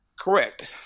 Correct